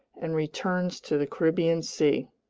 and returns to the caribbean sea.